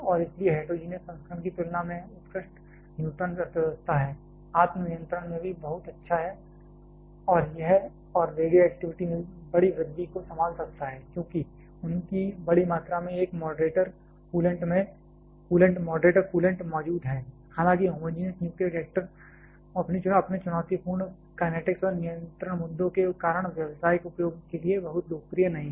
और इसलिए हेट्रोजीनियस संस्करण की तुलना में उत्कृष्ट न्यूट्रॉन अर्थव्यवस्था है आत्म नियंत्रण में भी बहुत अच्छा है और रेडियोएक्टिविटी में बड़ी वृद्धि को संभाल सकता है क्योंकि उनकी बड़ी मात्रा में एक मॉडरेटर कूलेंट मौजूद है हालांकि होमोजीनियस न्यूक्लियर रिएक्टर अपने चुनौतीपूर्ण कैनेटीक्स और नियंत्रण मुद्दों के कारण व्यावसायिक उपयोग के लिए बहुत लोकप्रिय नहीं हैं